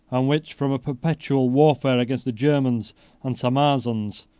and which, from a perpetual warfare against the germans and sarmazans,